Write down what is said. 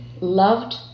loved